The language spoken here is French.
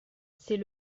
c’est